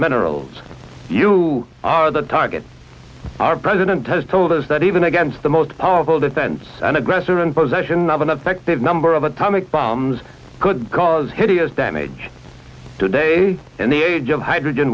minerals you are the target our president has told us that even against the most powerful defense and aggressive in possession of an effective number of atomic bombs could cause hideous damage today in the age of hydrogen